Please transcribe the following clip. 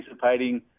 participating